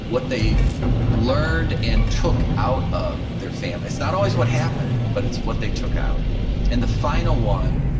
what they learned and took out of their family. it's not always what happened, but it's what they took out and the final one,